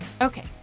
Okay